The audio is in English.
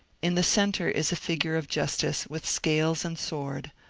in the centre is a figure of justice with scales and sword,